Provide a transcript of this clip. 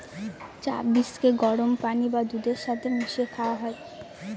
চা বীজকে গরম পানি বা দুধের সাথে মিশিয়ে খাওয়া হয়